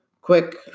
quick